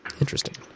Interesting